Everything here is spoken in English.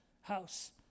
house